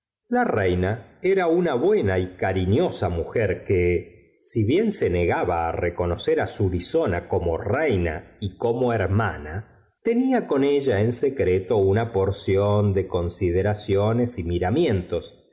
lola reina era una bu na y cariñosa mujer que si bien se nega a á reconocer á surizona como reina y como hermana tenia con ella en secreto una porción de consideraciones y miramien